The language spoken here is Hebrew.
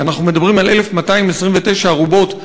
אנחנו מדברים על 1,229 ארובות,